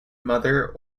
mother